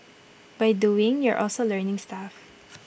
by doing you're also learning stuff